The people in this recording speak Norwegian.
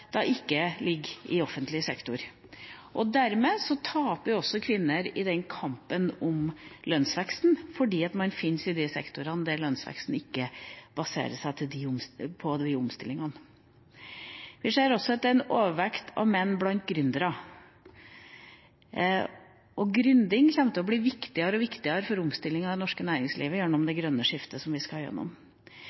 ikke er i offentlig sektor. Dermed taper kvinner i kampen om lønnsveksten – de er i de sektorene der lønnsveksten ikke baserer seg på de omstillingene. Vi ser også at det er en overvekt av menn blant gründere. «Gründing» kommer til å bli viktigere og viktigere for omstillinga i det norske næringslivet i forbindelse med det grønne skiftet som vi skal